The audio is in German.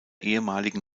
ehemaligen